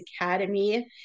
Academy